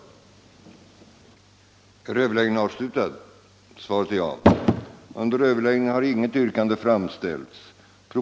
minoritetspolitiken, m.m.